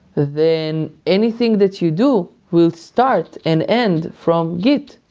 then anything that you do will start and end from git.